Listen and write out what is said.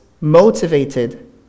motivated